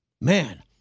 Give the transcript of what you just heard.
Man